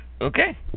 okay